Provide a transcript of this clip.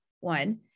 One